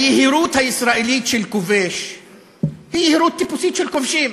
היהירות הישראלית של כובש היא יהירות טיפוסית של כובשים.